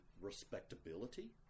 respectability